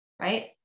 Right